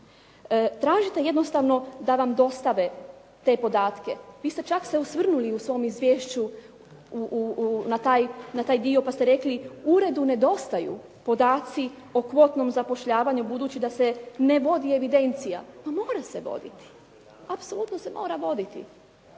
Tražite jednostavno da vam dostave te podatke. Vi ste čak se osvrnuli u svom izvješću na taj dio pa ste rekli uredu nedostaju podaci o kvotnom zapošljavanju budući da se ne vodi evidencije, ma mora se voditi, apsolutno se mora voditi.